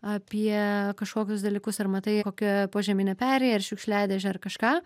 apie kažkokius dalykus ar matai kokią požeminę perėją ar šiukšliadėžę ar kažką